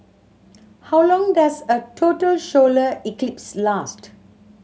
how long does a total solar eclipse last